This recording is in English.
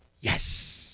Yes